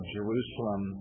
Jerusalem